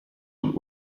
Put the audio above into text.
und